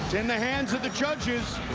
in the hands of the judges.